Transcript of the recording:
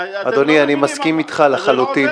אדוני, אני מסכים איתך לחלוטין.